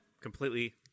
completely